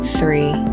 three